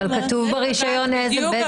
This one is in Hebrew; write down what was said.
אבל כתוב ברישיון באילו מקומות אפשר לעשן.